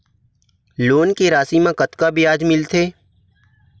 Loan के राशि मा कतका ब्याज मिलथे?